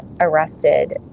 arrested